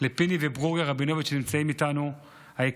לפיני וברוריה רבינוביץ' היקרים,